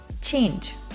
change